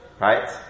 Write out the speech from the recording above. Right